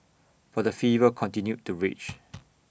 but the fever continued to rage